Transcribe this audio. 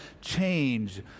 change